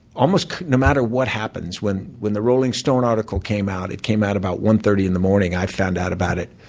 almost no matter what happens. when when the rolling stone article came out, it came out at about one thirty in the morning. i found out about it.